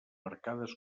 arcades